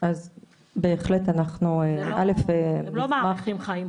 הם לא מאריכים חיים.